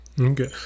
Okay